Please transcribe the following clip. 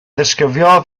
ddisgrifio